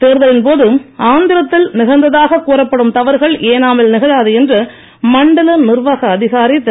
தேர்தலின்போது ஆந்திரத்தில் நிகழ்ந்ததாக கூறப்படும் தவறுகள் ஏனாமில் நிகழாது என்று மண்டல நிர்வாக அதிகாரி திரு